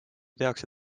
tehakse